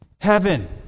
Heaven